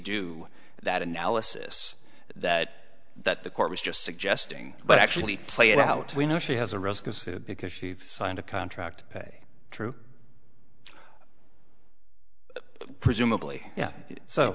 do that analysis that that the court was just suggesting but actually play it out we know she has a risk because she signed a contract pay true presumably yeah so